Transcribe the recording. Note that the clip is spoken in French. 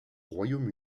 royaume